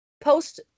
Post